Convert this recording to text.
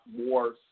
more